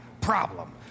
problem